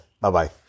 Bye-bye